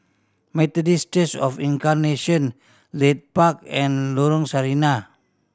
Methodist Church Of Incarnation Leith Park and Lorong Sarina